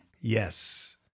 Yes